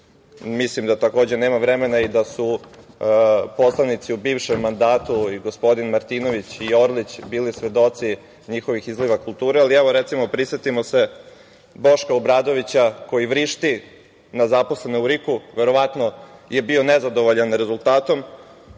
Mislim da, takođe, nemam vremena i da su poslanici u bivšem mandatu i gospodin Martinović i Orlić bili svedoci njihovih izliva kulture. Recimo, prisetimo se Boška Obradovića koji vrišti na zaposlene u RIK-u, verovatno je bio nezadovoljan rezultatom.